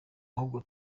ahubwo